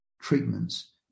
treatments